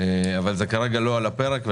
אבל כרגע זה לא על הפרק.